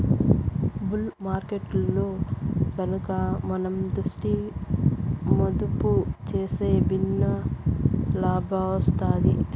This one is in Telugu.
బుల్ మార్కెట్టులో గనక మనం దుడ్డు మదుపు సేస్తే భిన్నే లాబ్మొస్తాది